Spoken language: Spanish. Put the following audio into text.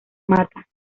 mata